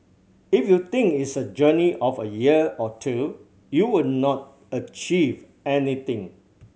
if you think it's a journey of a year or two you will not achieve anything